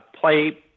play